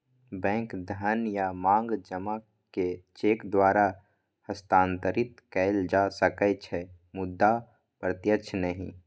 bank धन या मांग जमा कें चेक द्वारा हस्तांतरित कैल जा सकै छै, मुदा प्रत्यक्ष नहि